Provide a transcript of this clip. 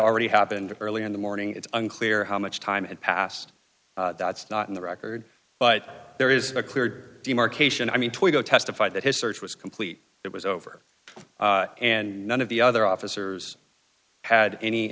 already happened early in the morning it's unclear how much time had passed that's not in the record but there is a clear demarcation i mean testified that his search was complete it was over and none of the other officers had any